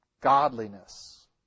godliness